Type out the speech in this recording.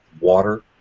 water